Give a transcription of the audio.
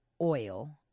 oil